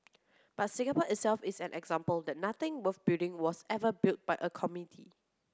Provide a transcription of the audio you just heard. but Singapore itself is an example that nothing worth building was ever built by a committee